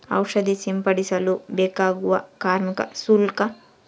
ಔಷಧಿ ಸಿಂಪಡಿಸಲು ಬೇಕಾಗುವ ಕಾರ್ಮಿಕ ಶುಲ್ಕ?